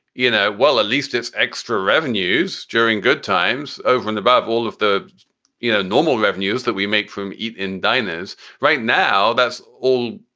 you know, well, at least it's extra revenues during good times over and above all of the you know normal revenues that we make from eat in diners right now. that's all.